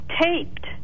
taped